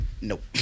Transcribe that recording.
Nope